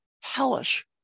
hellish